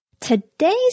Today's